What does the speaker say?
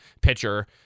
pitcher